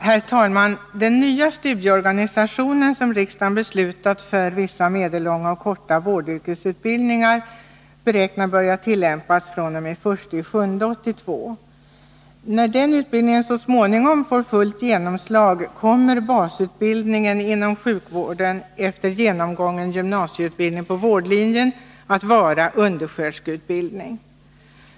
Herr talman! Den nya studieorganisation som riksdagen beslutat om för vissa medellånga och korta vårdyrkesutbildningar beräknas börja tillämpas fr.o.m. den 1 juli 1982. När den utbildningen så småningom får fullt genomslag kommer basutbildningen inom sjukvården, efter genomgången gymnasieutbildning på vårdlinjen, att vara undersköterskeutbildning.